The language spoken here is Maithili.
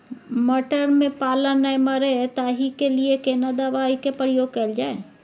मटर में पाला नैय मरे ताहि के लिए केना दवाई के प्रयोग कैल जाए?